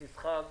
תסחוב.